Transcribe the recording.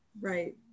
Right